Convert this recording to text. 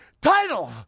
title